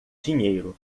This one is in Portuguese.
dinheiro